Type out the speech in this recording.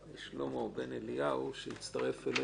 שלמה בן-אליהו שהצטרף אלינו,